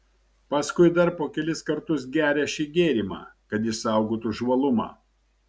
paskui dar po kelis kartus gerią šį gėrimą kad išsaugotų žvalumą